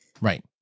Right